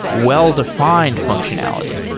well-defined functionality.